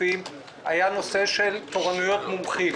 אני מצטרף לברכות על הקואליציה למען מערכת